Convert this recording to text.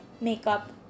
makeup